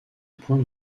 pointe